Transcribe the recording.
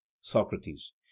Socrates